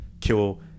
kill